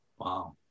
Wow